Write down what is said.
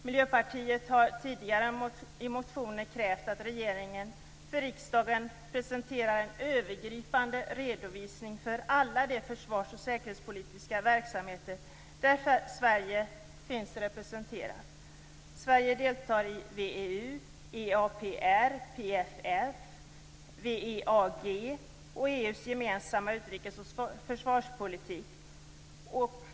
Miljöpartiet har tidigare i motioner krävt att regeringen för riksdagen presenterar en övergripande redovisning för alla de försvars och säkerhetspolitiska verksamheter där Sverige finns representerat. Sverige deltar i VEU, EAPR, PFF, WEAG och EU:s gemensamma utrikes och säkerhetspolitik.